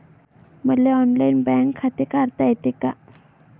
मले online bank खाते काढता येते का?